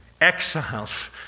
exiles